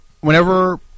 whenever